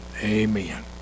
Amen